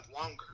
longer